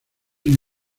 una